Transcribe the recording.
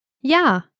Ja